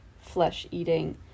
flesh-eating